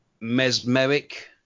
mesmeric